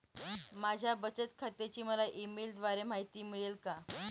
माझ्या बचत खात्याची मला ई मेलद्वारे माहिती मिळेल का?